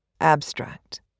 Abstract